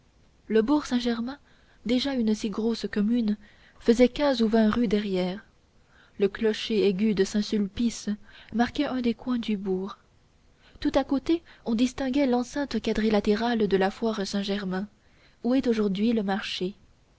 le bourg saint-germain déjà une grosse commune faisait quinze ou vingt rues derrière le clocher aigu de saint-sulpice marquait un des coins du bourg tout à côté on distinguait l'enceinte quadrilatérale de la foire saint-germain